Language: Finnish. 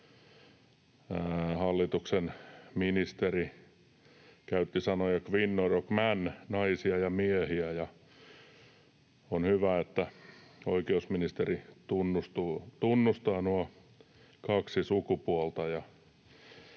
hallituksen ministeri käytti sanoja ”kvinnor och män”, ’naisia ja miehiä’. On hyvä, että oikeusministeri tunnustaa nuo kaksi sukupuolta,